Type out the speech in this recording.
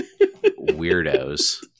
weirdos